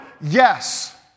yes